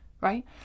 right